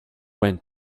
went